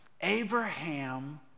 Abraham